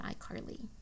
iCarly